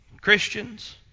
Christians